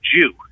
Jew